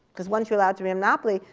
because once you allow it to be a monopoly,